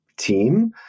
team